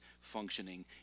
functioning